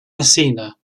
messina